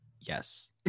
Yes